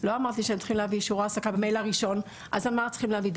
לא אמרת לי שהם צריכים להביא אישור העסקה במייל הראשון,